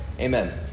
Amen